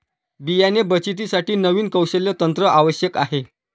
बियाणे बचतीसाठी नवीन कौशल्य तंत्र आवश्यक आहे